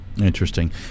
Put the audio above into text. Interesting